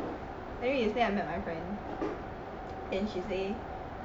then yesterday I met my friend then she say